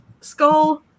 skull